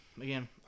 again